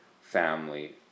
family